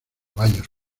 baños